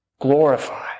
glorify